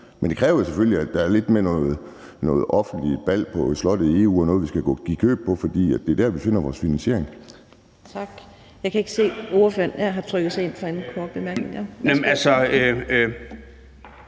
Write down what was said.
Men det kræver jo selvfølgelig, at der er lidt med noget offentligt bal på slottet i EU og noget, vi skal give køb på. For det er der, vi finder vores finansiering.